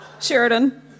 Sheridan